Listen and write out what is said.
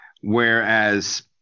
whereas